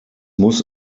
muss